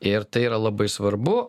ir tai yra labai svarbu